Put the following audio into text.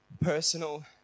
personal